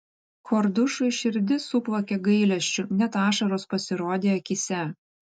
kordušui širdis suplakė gailesčiu net ašaros pasirodė akyse